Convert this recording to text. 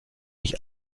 mich